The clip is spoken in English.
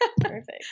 Perfect